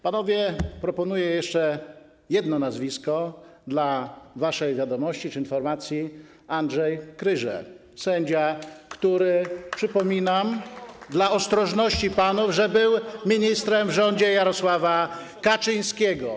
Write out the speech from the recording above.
Panowie, proponuję jeszcze jedno nazwisko dla waszej wiadomości czy informacji: Andrzej Kryże, sędzia, przypominam dla ostrożności panów, który był ministrem w rządzie Jarosława Kaczyńskiego.